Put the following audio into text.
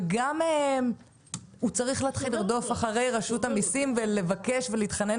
וגם הוא צריך להתחיל לרדוף אחרי רשות המיסים ולבקש ולהתחנן